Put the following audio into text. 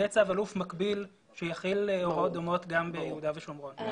יהיה צו אלוף מקביל שיחיל הוראות דומות גם ביהודה ושומרון.